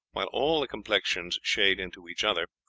while all the complexions shade into each other,